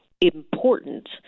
important